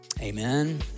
Amen